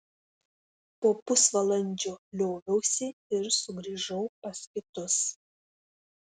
po pusvalandžio lioviausi ir sugrįžau pas kitus